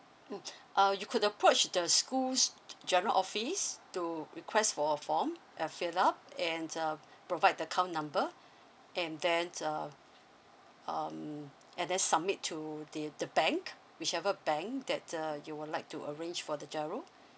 mm uh you could approach the school's general office to request for a form uh fill up and uh provide account number and then uh um and then submit to the the bank whichever bank that uh you would like to arrange for the GIRO